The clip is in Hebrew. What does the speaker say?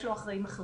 יש לו אחראי מחלקה,